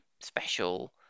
special